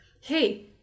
hey